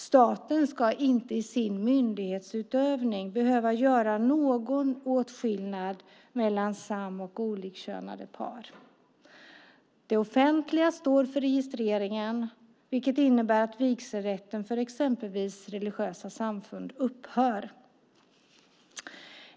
Staten ska inte i sin myndighetsutövning behöva göra någon åtskillnad mellan sam och olikkönade par. Det offentliga står för registreringen, vilket innebär att vigselrätten för exempelvis religiösa samfund upphör.